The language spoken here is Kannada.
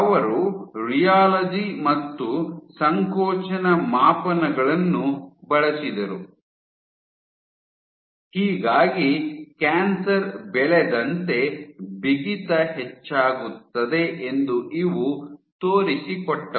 ಅವರು ರಿಯಾಲೊಜಿ ಮತ್ತು ಸಂಕೋಚನ ಮಾಪನಗಳನ್ನು ಬಳಸಿದರು ಹೀಗಾಗಿ ಕ್ಯಾನ್ಸರ್ ಬೆಳೆದಂತೆ ಬಿಗಿತ ಹೆಚ್ಚಾಗುತ್ತದೆ ಎಂದು ಇವು ತೋರಿಸಿಕೊಟ್ಟವು